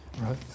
right